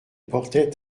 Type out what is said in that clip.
portait